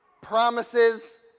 promises